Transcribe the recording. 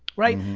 right?